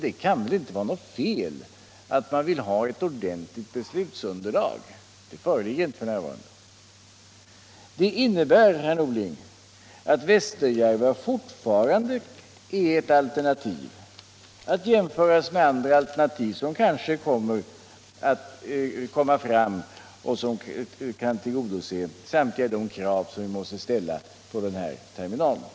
Det kan väl inte vara något fel att man vill ha ett ordentligt beslutsunderlag? Det föreligger inte f. n. Det innebär, herr Norling, att Västerjärva fortfarande är ett alternativ, att jämföras med andra alternativ som kan komma fram och som kan tillgodose samtliga de krav som vi måste ställa på terminalen.